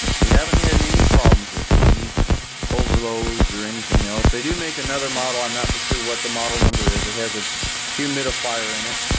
we haven't had any problems with it. any overloads or anything else. they do make another model, i'm not for sure what the model number is. it has a humidifier in it.